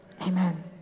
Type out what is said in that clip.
amen